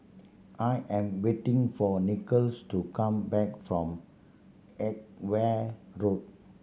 I am waiting for Nicolas to come back from Edgware Road